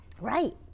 Right